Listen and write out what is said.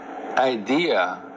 idea